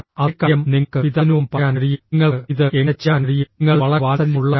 അതേ കാര്യം നിങ്ങൾക്ക് പിതാവിനോടും പറയാൻ കഴിയും നിങ്ങൾക്ക് ഇത് എങ്ങനെ ചെയ്യാൻ കഴിയും നിങ്ങൾ വളരെ വാത്സല്യമുള്ളവരാണ്